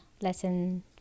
lesson